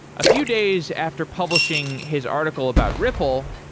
a few days after publishing his article about ripple,